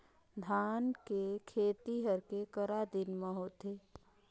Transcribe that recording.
धान के खेती हर के करा दिन म होथे?